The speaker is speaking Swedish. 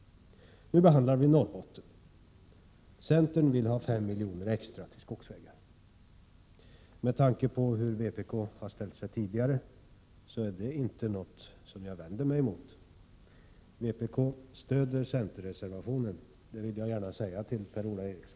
Nu behandlar vi Norrbotten. Centern vill ha 5 milj.kr. extra till skogsvägar. Med tanke på hur vpk har ställt sig tidigare är det inte något som jag vänder mig emot. Vpk stöder centerreservationen, det vill jag gärna säga till Per-Ola Eriksson.